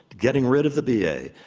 getting rid of the b. a,